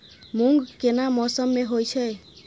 मूंग केना मौसम में होय छै?